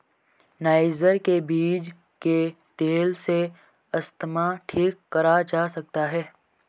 niger के बीज के तेल से अस्थमा ठीक करा जा सकता है